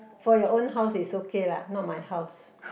for your own house it's okay lah not my house